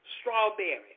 strawberry